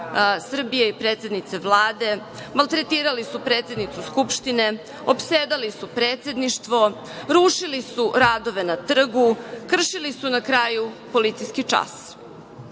i predsednice Vlade, maltretirali su predsednicu Skupštine, opsedali su Predsedništvo, rušili su radove na trgu, kršili su na kraju policijski čas.